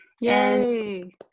yay